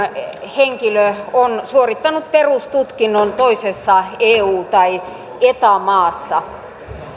henkilö on suorittanut perustutkinnon toisessa eu tai eta maassa